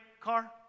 car